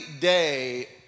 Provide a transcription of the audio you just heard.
day